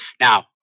Now